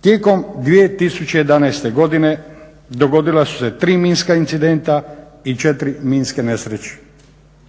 Tijekom 2011. godine dogodila su se 3 minska incidenta i 4 minske nesreće.